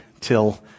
till